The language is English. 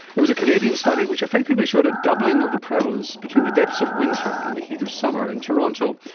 it was a canadian study which effectively showed a doubling of the prevalence between the depths of winter and the heat of summer in toronto.